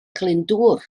glyndŵr